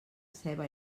ceba